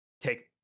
take